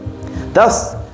Thus